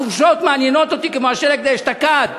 החופשות מעניינות אותי כשלג דאשתקד.